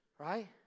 Right